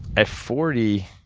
at forty,